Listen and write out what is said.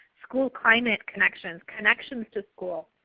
school climate connections, connections to school.